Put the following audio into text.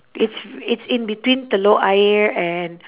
it's it's in between telok ayer and